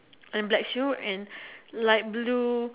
and black shoes and light blue